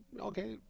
okay